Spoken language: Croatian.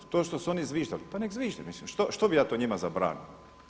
To što su oni zviždali pa neka zvižde, što bih ja to njima zabranio.